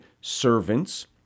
servants